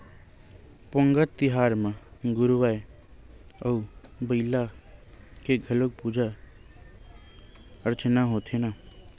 पोंगल तिहार म गरूवय अउ बईला के घलोक पूजा अरचना होथे न